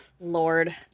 Lord